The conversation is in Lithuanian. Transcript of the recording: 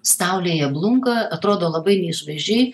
saulėje blunka atrodo labai neišvaizdžiai